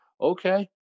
okay